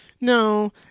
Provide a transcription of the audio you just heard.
No